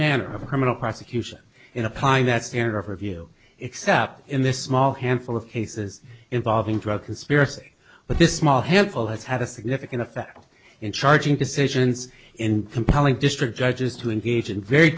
manner of criminal prosecution in applying that standard of review except in this small handful of cases involving drug conspiracy but this small handful has had a significant effect in charging decisions in compelling district judges to engage in very